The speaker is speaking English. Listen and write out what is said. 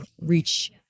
reach